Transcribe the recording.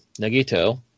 Nagito